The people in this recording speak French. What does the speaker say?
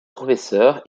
professeurs